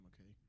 okay